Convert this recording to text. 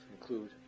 include